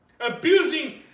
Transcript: abusing